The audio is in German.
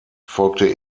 folgte